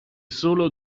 solo